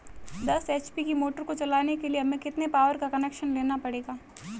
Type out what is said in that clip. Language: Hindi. दस एच.पी की मोटर को चलाने के लिए हमें कितने पावर का कनेक्शन लेना पड़ेगा?